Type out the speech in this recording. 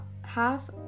half